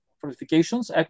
fortifications